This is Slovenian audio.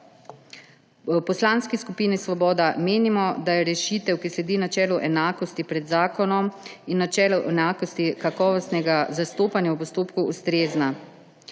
V Poslanski skupini Svoboda menimo, da je rešitev, ki sledi načelu enakosti pred zakonom in načelu enakosti kakovostnega zastopanja v postopku, ustrezna.